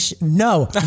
no